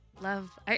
love